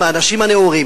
מהאנשים הנאורים,